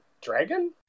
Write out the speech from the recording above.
Dragon